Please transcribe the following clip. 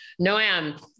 Noam